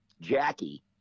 Jackie